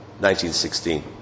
1916